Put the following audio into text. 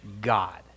God